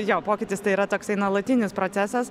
jo pokytis tai yra toksai nuolatinis procesas